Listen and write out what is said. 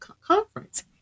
conference